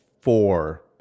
four